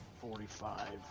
forty-five